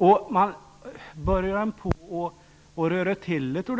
Om man börjar röra till det